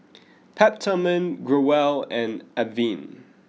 Peptamen Growell and Avene